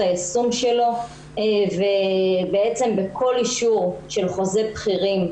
היישום שלו ובעצם בכל אישור של חוזה בכירים,